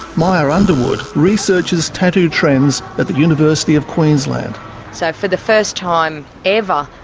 mair underwood researches tattoo trends at the university of queensland. so for the first time ever,